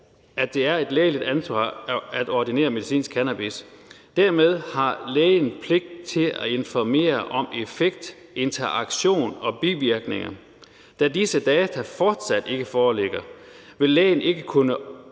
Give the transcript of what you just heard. at det er et lægeligt ansvar at ordinere medicinsk cannabis. Dermed har lægen pligt til at informere om effekt, interaktioner og bivirkninger. Da disse data fortsat ikke foreligger, vil lægen ikke kunne